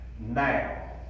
now